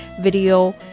video